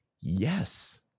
Yes